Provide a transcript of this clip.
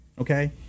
okay